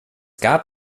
gab